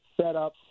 setup